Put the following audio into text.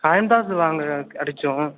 iron box வாங்குகிறதுக்கு அடித்தோம்